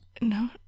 No